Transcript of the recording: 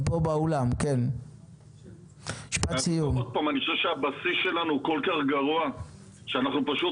אני חושב שהבסיס שלנו הוא כל כך גרוע שאנחנו פשוט